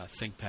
ThinkPad